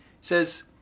says